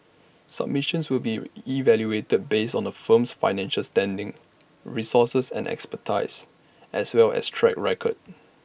submissions will be evaluated based on A firm's financial standing resources and expertise as well as track record